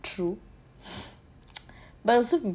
true but also